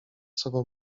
sobą